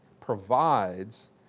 provides